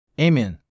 Amen